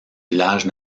village